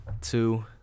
two